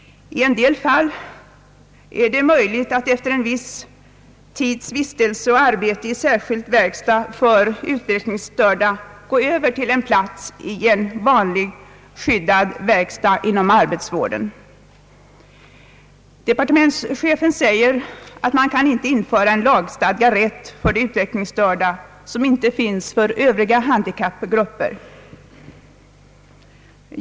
I en del fall är det möjligt att efter en viss tids vistelse och arbete i särskild verkstad för utvecklingsstörda övergå till en plats i en vanlig skyddad verkstad inom arbetsvården. Departementschefen säger att man inte kan införa en lagstadgad rätt för de utvecklingsstörda, som inte finns för övriga handikappgrupper.